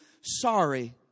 sorry